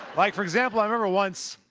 like, for example, i remember once,